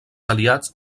aliats